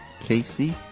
Casey